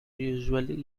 usually